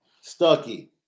Stucky